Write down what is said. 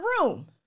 room